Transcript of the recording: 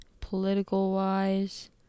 political-wise